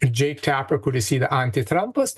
jake tapper kuris yra antitrampas